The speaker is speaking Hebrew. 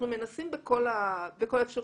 אנחנו מנסים בכל האפשרויות.